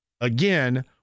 again